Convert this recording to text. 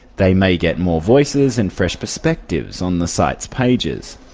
they may get more voices and fresh perspectives on the site's pages.